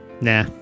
Nah